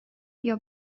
jag